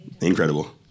Incredible